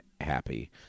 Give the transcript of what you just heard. happy